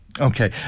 Okay